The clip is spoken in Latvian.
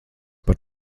par